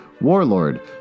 warlord